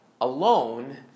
alone